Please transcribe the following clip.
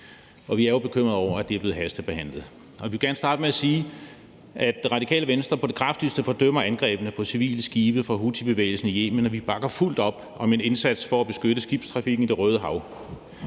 vi er jo bekymrede over, at det er blevet hastebehandlet. Jeg vil gerne starte med at sige, at Radikale Venstre på det kraftigste fordømmer angrebene på civile skibe fra houthibevægelsen i Yemen, og vi bakker fuldt op om en indsats for at beskytte skibstrafikken i Det Røde Hav.